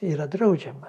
yra draudžiama